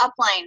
upline